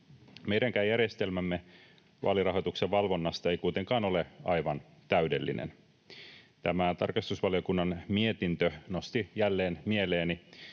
Meidänkään järjestelmämme vaalirahoituksen valvonnasta ei kuitenkaan ole aivan täydellinen. Tämä tarkastusvaliokunnan mietintö nosti jälleen mieleeni